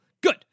Good